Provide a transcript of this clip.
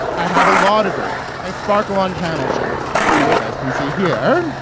i have a law degree. i sparkle on panel shows as you guys can see here